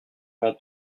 vend